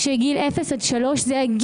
דווקא בסוגיות הבוערות הלאומיות האלה צריך שזה יהיה